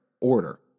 order